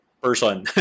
person